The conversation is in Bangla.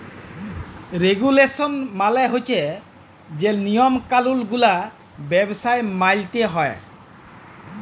রেগুলেসল মালে হছে যে লিয়ম কালুল গুলা ব্যবসায় মালতে হ্যয়